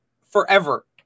forever